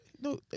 No